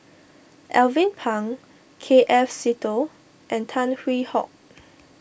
Alvin Pang K F Seetoh and Tan Hwee Hock